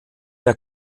der